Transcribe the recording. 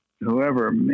whoever